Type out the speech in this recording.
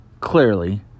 clearly